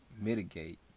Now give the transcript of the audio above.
mitigate